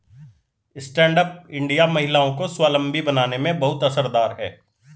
stand up India महिलाओं को स्वावलम्बी बनाने में बहुत असरदार है